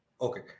Okay